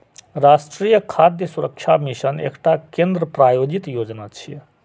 राष्ट्रीय खाद्य सुरक्षा मिशन एकटा केंद्र प्रायोजित योजना छियै